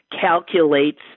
calculates